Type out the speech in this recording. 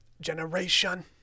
generation